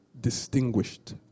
distinguished